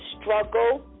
struggle